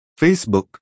Facebook